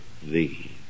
thee